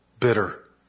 bitter